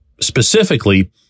specifically